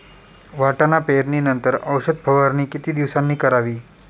वाटाणा पेरणी नंतर औषध फवारणी किती दिवसांनी करावी?